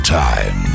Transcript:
time